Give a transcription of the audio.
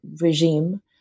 regime